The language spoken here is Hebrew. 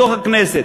בכנסת,